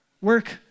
work